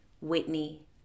whitney